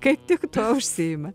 kaip tik tuo užsiima